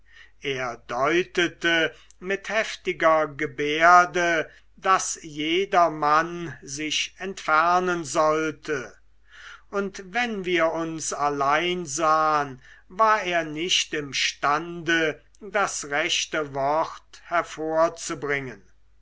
er deutete mit heftiger gebärde daß jedermann sich entfernen sollte und wenn wir uns allein sahen war er nicht imstande das rechte wort hervorzubringen